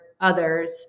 others